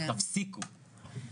תפסיקו.